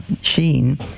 Sheen